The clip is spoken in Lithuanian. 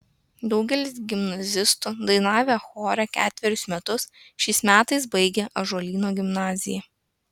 daugelis gimnazistų dainavę chore ketverius metus šiais metais baigia ąžuolyno gimnaziją